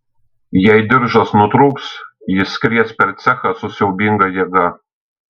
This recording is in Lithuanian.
jei diržas nutrūks jis skries per cechą su siaubinga jėga